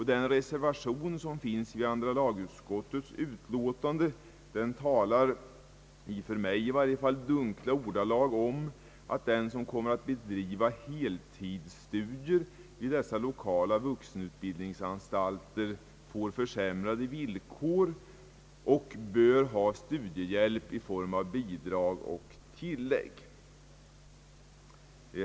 Den reservation som finns vid utskottets utlåtande talar i för mig i varje fall dunkla ordalag om att den som kommer att bedriva heltidsstudier vid någon av dessa 1okala vuxenutbildninganstalter får försämrade villkor och bör ha studiehjälp i form av bidrag och tillägg.